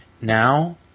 now